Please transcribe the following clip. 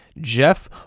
Jeff